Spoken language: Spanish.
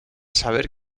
saber